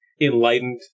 Enlightened